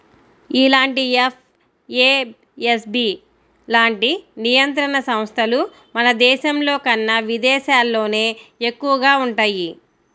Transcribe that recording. ఇలాంటి ఎఫ్ఏఎస్బి లాంటి నియంత్రణ సంస్థలు మన దేశంలోకన్నా విదేశాల్లోనే ఎక్కువగా వుంటయ్యి